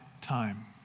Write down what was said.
time